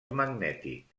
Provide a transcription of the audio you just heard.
magnètic